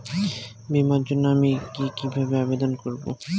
বিমার জন্য আমি কি কিভাবে আবেদন করব?